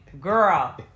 girl